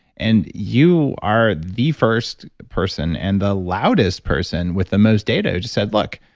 and you are the first person and the loudest person with the most data who just said, look.